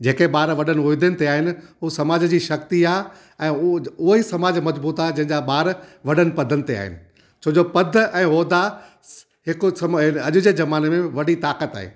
जेके ॿार वॾनि उहिदे ते आहिनि उहा समाज जी शक्ति आहे ऐं उह उहो ई समाज मज़बूतु आहे जंहिंजा ॿार वॾनि पदनि ते आहिनि छोजो पदु ऐं उहिदा हिकु समय अॼु जे ज़माने में वॾी ताक़त आहे